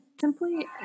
simply